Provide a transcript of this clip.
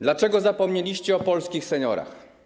Dlaczego zapomnieliście o polskich seniorach?